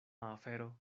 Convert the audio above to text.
afero